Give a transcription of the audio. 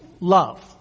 love